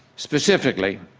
specifically,